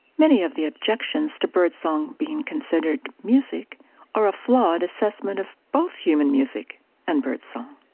many of the objections to birdsong being considered music are a flawed assessment of both human music and birdsong.